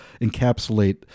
encapsulate